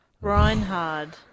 Reinhard